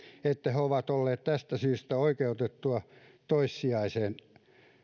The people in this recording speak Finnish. että he ovat olleet tästä syystä oikeutettuja toissijaisen